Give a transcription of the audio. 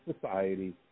society